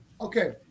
Okay